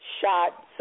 shot